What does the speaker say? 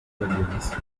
williams